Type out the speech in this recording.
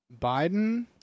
Biden